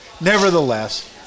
Nevertheless